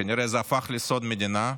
כנראה זה הפך לסוד מדינה,